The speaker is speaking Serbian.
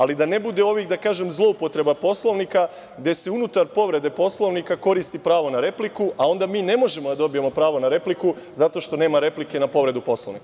Ali, da ne bude ovih, da kažem, zloupotreba Poslovnika, gde se unutar povrede Poslovnika koristi pravo na repliku, a onda mi ne možemo da dobijemo pravo na repliku, zato što nema replike na povredu Poslovnika.